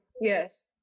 Yes